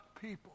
people